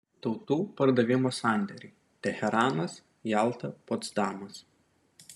tautų pardavimo sandėriai teheranas jalta potsdamas